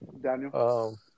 Daniel